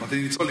אמרתי ניצול,